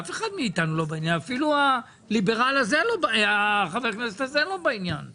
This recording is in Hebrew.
אף אחד מאיתנו לא בעניין הזה ואפילו חבר הכנסת הזה לא בעניין.